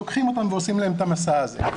לוקחים אותם ועושים להם את המסע הזה.